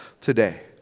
today